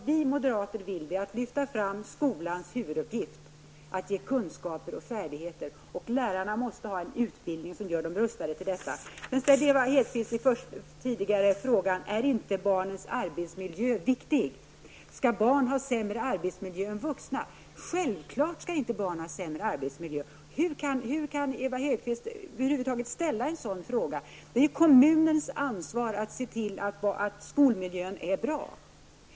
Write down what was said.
Vi moderater vill lyfta fram skolans huvuduppgift, nämligen att ge kunskaper och färdigheter. Lärarna måste ha en utbildning som gör dem rustade för detta. Ewa Hedkvist Petersen ställer frågan om inte barnens arbetsmiljö är viktig. Skall barn ha sämre arbetsmiljö än vuxna? Självfallet skall barnen inte ha sämre arbetsmiljö. Hur kan Ewa Hedkvist Petersen över huvud taget ställa en sådan fråga? Det är kommunens ansvar att se till att skolmiljön är bra.